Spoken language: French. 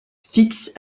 fixe